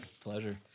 Pleasure